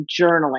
journaling